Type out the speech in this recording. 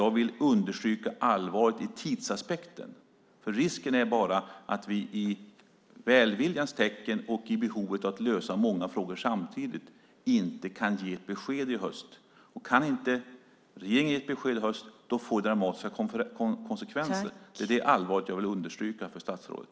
Jag vill understryka allvaret i tidsaspekten, för risken är bara att vi i välviljans tecken och med behovet att lösa många frågor samtidigt inte kan ge ett besked i höst. Kan inte regeringen ge ett besked i höst får det dramatiska konsekvenser. Det är det allvaret jag vill understryka för statsrådet.